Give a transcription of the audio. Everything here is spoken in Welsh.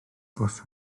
bws